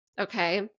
okay